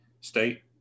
state